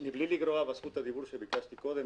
מבלי לגרוע מזכות הדיבור שביקשתי קודם,